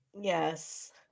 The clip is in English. yes